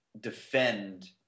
defend